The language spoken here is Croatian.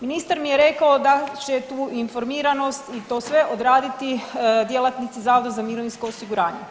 Ministar je rekao da će tu informiranost i to sve odraditi djelatnici Zavoda za mirovinsko osiguranje.